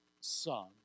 son